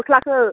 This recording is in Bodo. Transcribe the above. गस्लाखौ